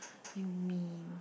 you mean